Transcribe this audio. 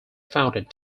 founded